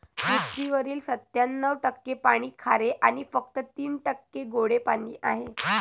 पृथ्वीवरील सत्त्याण्णव टक्के पाणी खारे आणि फक्त तीन टक्के गोडे पाणी आहे